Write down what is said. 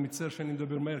אני מצטער שאני מדבר מהר,